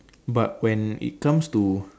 but when it comes to